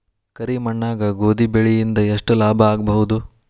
ಕರಿ ಮಣ್ಣಾಗ ಗೋಧಿ ಬೆಳಿ ಇಂದ ಎಷ್ಟ ಲಾಭ ಆಗಬಹುದ?